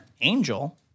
Angel